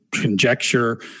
conjecture